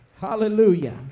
Hallelujah